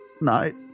night